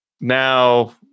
Now